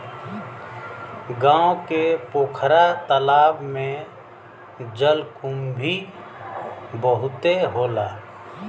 गांव के पोखरा तालाब में जलकुंभी बहुते होला